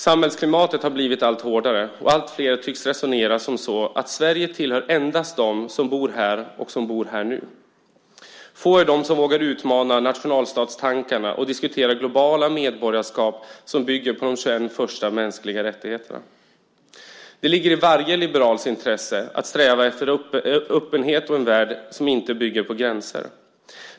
Samhällsklimatet har blivit allt hårdare, och alltfler tycks resonera som så att Sverige endast tillhör dem som bor här nu. Få är de som vågar utmana nationalstatstankarna och diskutera globala medborgarskap som bygger på de 21 första mänskliga rättigheterna. Det ligger i varje liberals intresse att sträva efter öppenhet och en värld som inte bygger på gränser.